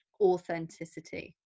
authenticity